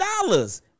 dollars